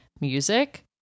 music